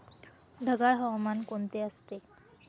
ढगाळ हवामान कोणते असते?